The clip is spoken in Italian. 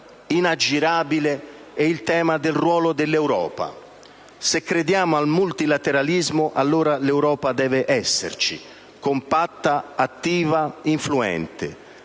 aggirabile, è il tema del ruolo dell'Europa: se crediamo al multilateralismo, allora l'Europa deve esserci, compatta, attiva ed influente.